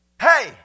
Hey